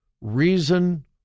reason